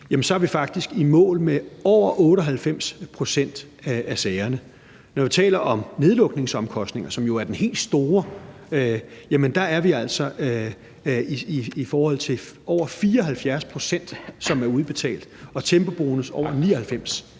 så er vi faktisk i mål i over 98 pct. af sagerne. Når vi taler om nedlukningsomkostninger, som jo er den helt store post, er vi altså over 74 pct., som er udbetalt. Og i forhold til